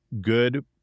good